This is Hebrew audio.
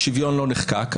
שוויון לא נחקק,